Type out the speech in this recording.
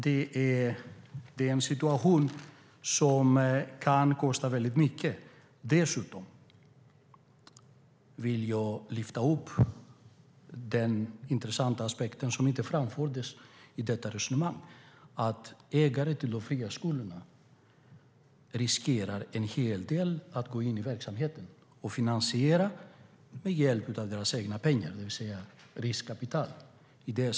Det är en situation som kan kosta väldigt mycket. Dessutom vill jag lyfta upp en intressant aspekt som inte framfördes i detta resonemang, nämligen att ägare till de fria skolorna riskerar en hel del. De går in i verksamheten och finansierar den med hjälp av egna pengar, det vill säga riskkapital.